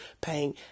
paying